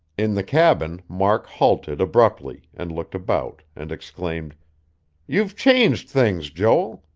in the cabin, mark halted abruptly, and looked about, and exclaimed you've changed things, joel.